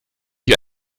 die